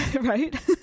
Right